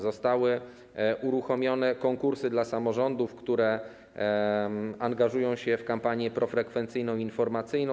Zostały uruchomione konkursy dla samorządów, które angażują się w kampanię profrekwencyjną i informacyjną.